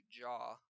jaw